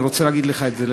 אני רוצה להגיד לך את זה,